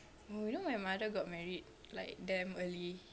oh you know my mother got married like damn early